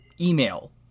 Email